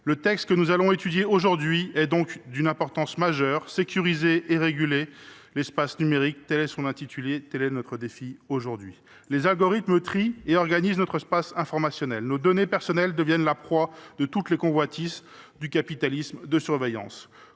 texte est, à cet égard, d’une importance majeure. « Sécuriser et réguler l’espace numérique »: tel est son intitulé. Tel est notre défi aujourd’hui. Les algorithmes trient et organisent notre espace informationnel. Nos données personnelles deviennent la proie de toutes les convoitises du capitalisme de surveillance.